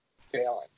failing